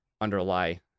underlie